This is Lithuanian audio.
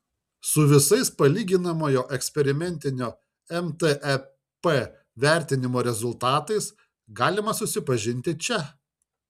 su visais palyginamojo ekspertinio mtep vertinimo rezultatais galima susipažinti čia